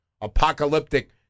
apocalyptic